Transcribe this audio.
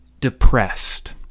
depressed